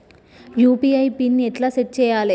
UPI pin ఎట్లా set చేయాలే?